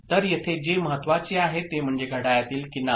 तर येथे जे महत्त्वाचे आहे ते म्हणजे घड्याळातील किनार